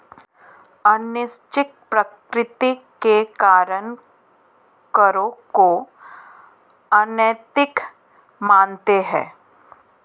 अनैच्छिक प्रकृति के कारण करों को अनैतिक मानते हैं